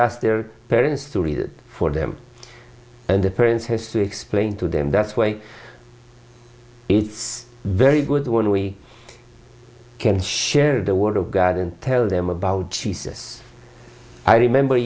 ask their parents to read it for them and the prince has to explain to them that way it's very good when we can share the word of god and tell them about jesus i remember